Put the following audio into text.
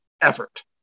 effort